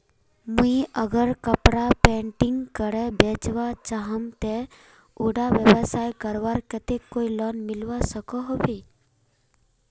मुई अगर कपड़ा पेंटिंग करे बेचवा चाहम ते उडा व्यवसाय करवार केते कोई लोन मिलवा सकोहो होबे?